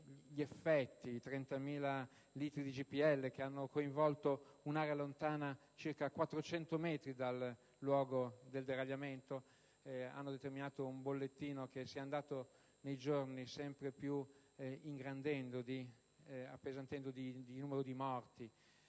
agli effetti: 30.000 litri di GPL, che hanno coinvolto un'area lontana circa 400 metri dal luogo del deragliamento, hanno determinato un bollettino che nei giorni si è andato sempre più appesantendo quanto al numero dei morti,